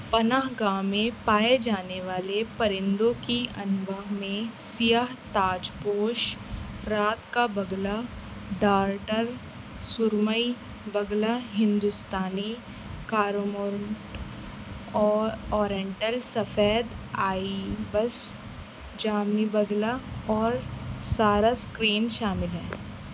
پناہ گاہ میں پائے جانے والے پرندوں کی انواع میں سیاہ تاج پوش رات کا بگلا دارٹر سرمئی بگلا ہندوستانی کارومورنٹ اورینٹل سفید آئیبس جامنی بگلا اور سارس کرین شامل ہیں